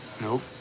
Nope